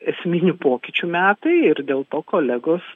esminių pokyčių metai ir dėl to kolegos